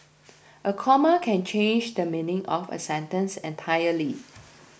a comma can change the meaning of a sentence entirely